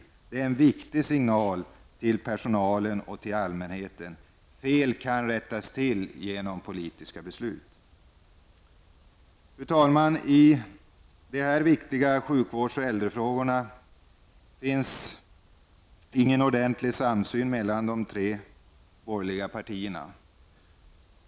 Åter är detta en viktig signal till personalen och allmänheten. Fel kan rättas till genom politiska beslut. Fru talman! I de här viktiga sjukvårds och äldreomsorgsfrågorna finns ingen ordentlig samsyn mellan de tre borgerliga partierna.